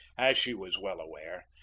as she was well aware,